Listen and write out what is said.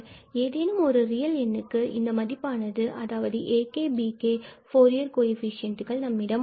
ஏதேனும் ஒரு ரியல் நம்பருக்கு இந்த மதிப்பானது அதாவது ak and bk ஃபூரியர் கோஎஃபிசியண்ட்டுகள் நம்மிடம் உள்ளது